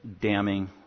damning